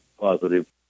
positive